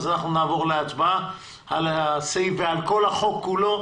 אנחנו נעבור להצבעה על הסעיף ועל כל החוק כולו.